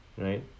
right